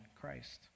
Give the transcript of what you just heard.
Christ